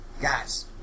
guys